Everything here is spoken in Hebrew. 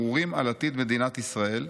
הרהורים על עתיד מדינת ישראל.